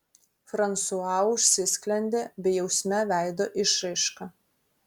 fransua užsisklendė bejausme veido išraiška